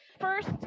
First